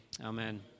amen